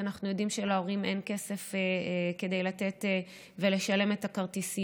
כי אנחנו יודעים שלהורים אין כסף כדי לתת ולשלם את הכרטיסיות,